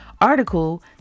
article